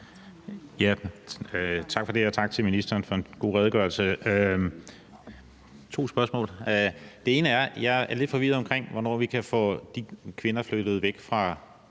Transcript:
Tak for det, og tak til ministeren for en god redegørelse. Jeg har to spørgsmål. Det ene er, at jeg er lidt forvirret omkring, hvornår vi kan få de kvinder flyttet væk fra